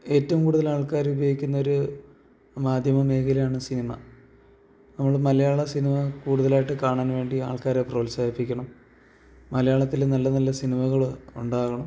ഏറ്റവുംകൂടുതല് ആൾക്കാര് ഉപയോഗിക്കുന്ന ഒരു മാധ്യമമേഖലയാണ് സിനിമ നമ്മള് മലയാള സിനിമ കൂടുതലായിട്ട് കാണാൻവേണ്ടി ആൾക്കാരെ പ്രോത്സാഹിപ്പിക്കണം മലയാളത്തില് നല്ലനല്ല സിനിമകള് ഉണ്ടാകണം